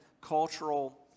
cultural